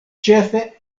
ĉefe